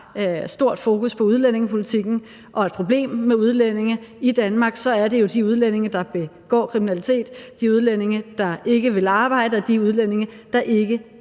stort fokus på udlændingepolitikken og et problem med udlændinge i Danmark, er det jo de udlændinge, der begår kriminalitet, de udlændinge, der ikke vil arbejde, og de udlændinge, der ikke